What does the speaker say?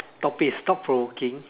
topic is thought provoking